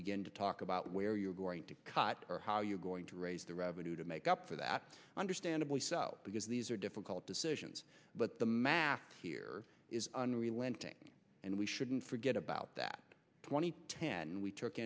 begin to talk about where you're going to cut or how you're going to raise the revenue to make up for that standard lee so because these are difficult decisions but the math here is unrelenting and we shouldn't forget about that twenty ten we took